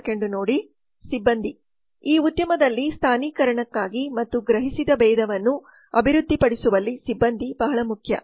ಸಿಬ್ಬಂದಿ ಈ ಉದ್ಯಮದಲ್ಲಿ ಸ್ಥಾನೀಕರಣಕ್ಕಾಗಿ ಮತ್ತು ಗ್ರಹಿಸಿದ ಭೇದವನ್ನುಅಭಿವೃದ್ಧಿಪಡಿಸುವಲ್ಲಿ ಸಿಬ್ಬಂದಿ ಬಹಳ ಮುಖ್ಯ